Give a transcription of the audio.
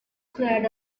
swayed